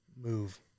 move